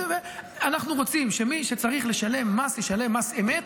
אנחנו רוצים שמי שצריך לשלם מס ישלם מס אמת.